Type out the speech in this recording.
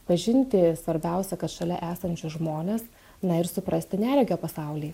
pažinti svarbiausia kad šalia esančius žmones na ir suprasti neregio pasaulį